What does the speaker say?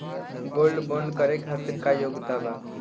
Gold bond करे खातिर का योग्यता बा?